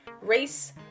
race